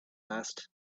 asked